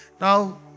Now